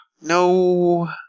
no